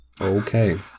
Okay